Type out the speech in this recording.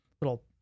little